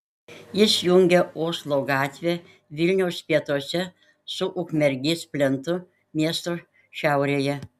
jis jungia oslo gatvę vilniaus pietuose su ukmergės plentu miesto šiaurėje